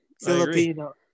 filipino